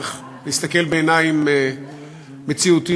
צריך להסתכל בעיניים מציאותיות